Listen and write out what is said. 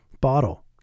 Bottle